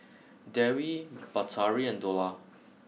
Dewi Batari and Dollah